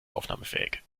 aufnahmefähig